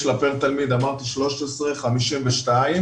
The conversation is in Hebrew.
יש לה פר תלמיד 13.52 שקלים.